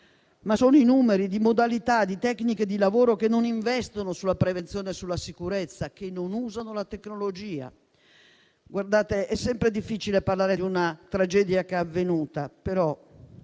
Sono i numeri di modalità e di tecniche di lavoro che non investono sulla prevenzione e sulla sicurezza e che non usano la tecnologia. È sempre difficile parlare di una tragedia che è avvenuta, però